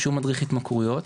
שהוא מדריך התמכרויות.